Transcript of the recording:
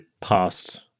past